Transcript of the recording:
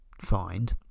find